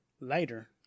Later